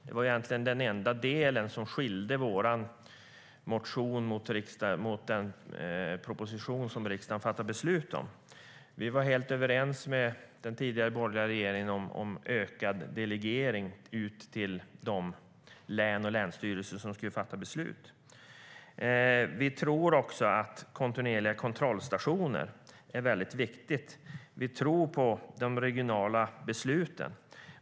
Det var egentligen den enda del som skilde vår motion från den proposition som riksdagen fattade beslut om. Vi var helt överens med den tidigare borgerliga regeringen om ökad delegering ut till de län och länsstyrelser som skulle fatta beslut. Vi tror också att kontinuerliga kontrollstationer är mycket viktiga. Vi tror på de regionala besluten.